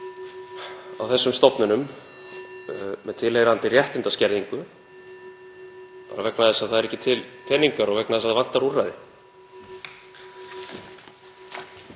(Forseti hringir.) með tilheyrandi réttindaskerðingu vegna þess að það eru ekki til peningar og vegna þess að það vantar úrræði.